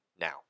Now